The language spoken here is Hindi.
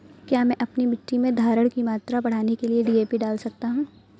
क्या मैं अपनी मिट्टी में धारण की मात्रा बढ़ाने के लिए डी.ए.पी डाल सकता हूँ?